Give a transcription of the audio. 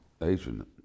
Asian